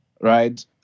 Right